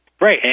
Right